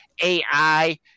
AI